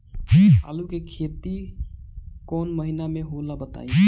आलू के खेती कौन महीना में होला बताई?